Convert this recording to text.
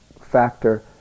factor